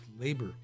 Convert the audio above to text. labor